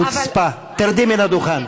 חוצפה, תרדי מן הדוכן.